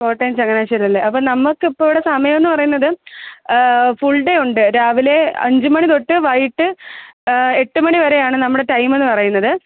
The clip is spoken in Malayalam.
കോട്ടയം ചങ്ങനാശ്ശേരി അല്ലെ അപ്പോൾ നമുക്കിപ്പൊവിടെ സമയമെന്ന് പറയുന്നത് ഫുൾ ഡെ ഉണ്ട് രാവിലെ അഞ്ച് മണി തൊട്ട് വൈകിട്ട് എട്ട് മണി വരെയാണ് നമ്മുടെ ടൈമെന്ന് പറയുന്നത്